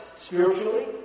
spiritually